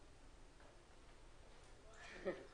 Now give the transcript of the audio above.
מהשיחה שלו.